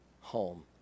home